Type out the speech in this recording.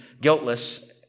guiltless